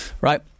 right